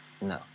no